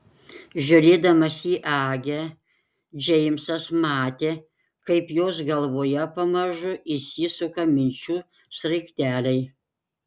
žiūrėdamas į agę džeimsas matė kaip jos galvoje pamažu įsisuka minčių sraigteliai